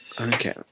Okay